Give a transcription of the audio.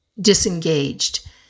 disengaged